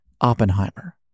Oppenheimer